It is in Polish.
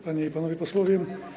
Panie i Panowie Posłowie!